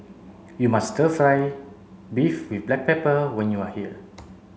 you must stir fry beef with black pepper when you are here